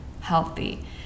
healthy